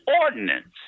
ordinance